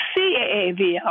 CAAVL